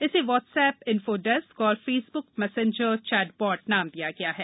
इसे WhatsApp infodesk और Facebook Messenger chatbot नाम दिया गया है